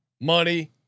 money